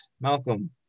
Malcolm